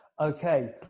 Okay